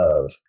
Love